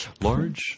Large